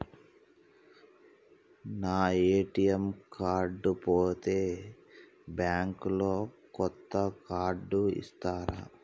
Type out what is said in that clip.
నా ATM card పోతే bank లో కొత్త కార్డు ఇస్తరా?